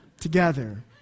together